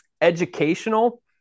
educational